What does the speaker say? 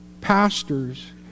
pastors